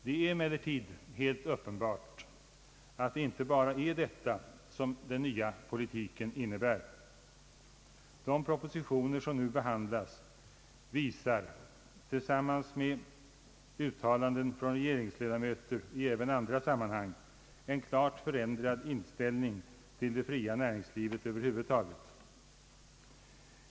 Det är emellertid helt uppenbart att det inte enbart är detta som den nya politiken innebär. De propositioner som nu behandlas visar, tillsammans med uttalanden från regeringsledamöter även i andra sammanhang, en klart förändrad inställning till det fria näringslivet över huvud taget.